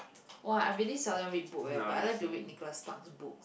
!wah! I really seldom read book eh but I like to read Nicholas-Sparks' books